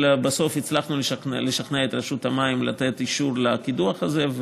אבל בסוף הצלחנו לשכנע את רשות המים לתת אישור לקידוח הזה,